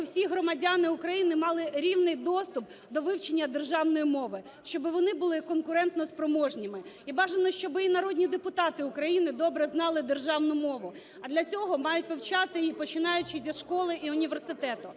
всі громадяни України мали рівний доступ до вивчення державної мови, щоб вони були конкуренто спроможними, і бажано, щоб і народні депутати України добре знали державну мову, а для цього мають вивчати її, починаючи зі школи і університету.